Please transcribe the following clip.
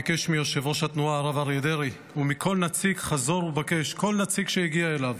ביקש מיושב-ראש התנועה הרב אריה דרעי ומכל נציג שהגיע אליו